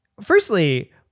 Firstly